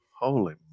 Holy